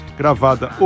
gravada